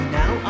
now